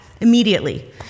immediately